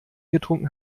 getrunken